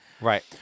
Right